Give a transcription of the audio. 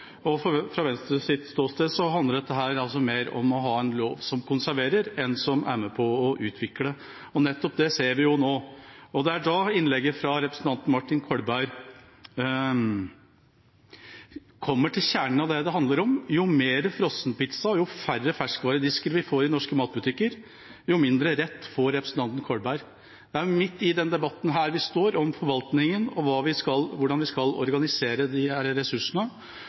Fra Venstres ståsted handler dette mer om å ha en lov som konserverer, enn en lov som er med på å utvikle. Nettopp det ser vi nå. Det er da innlegget fra representanten Martin Kolberg kommer til kjernen av det som det handler om: Jo mer frossenpizza og jo færre ferskvaredisker vi får i norske matbutikker, jo mindre rett får representanten Kolberg. Det er midt i den debatten vi står, om forvaltning og hvordan vi skal organisere disse ressursene. Nå er de